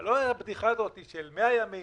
אבל לא הבדיחה הזאת של 100 ימים,